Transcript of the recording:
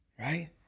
right